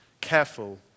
careful